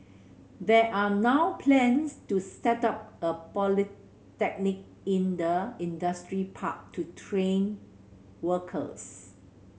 there are now plans to set up a polytechnic in the industrial park to train workers